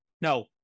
No